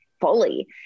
fully